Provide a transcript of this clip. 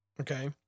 Okay